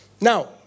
Now